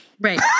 Right